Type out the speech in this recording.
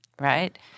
right